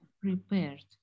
prepared